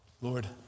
Lord